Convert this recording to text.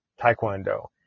taekwondo